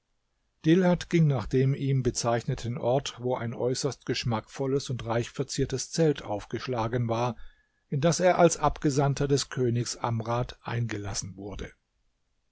dilhat ging nach dem ihm bezeichneten ort wo ein äußerst geschmackvolles und reich verziertes zelt aufgeschlagen war in das er als abgesandter des königs amrad eingelassen wurde